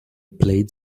plaid